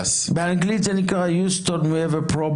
באנגלית זה נקרא: Houston, we have a problem